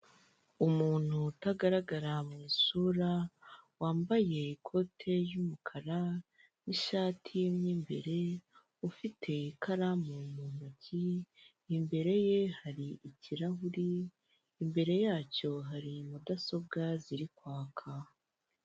Umuntu utagaragara mu isura wambaye ikote y'umukara, n'ishati mo imbere ufite ikaramu mu ntoki imbere ye hari ikirahure, imbere yacyo hari mudasobwa ziri kwaka.